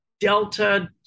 Delta